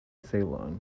ceylon